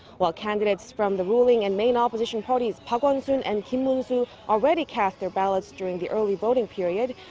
while candidates from the ruling and main opposition parties park won-soon and kim moon-soo already cast their ballots during the early voting period,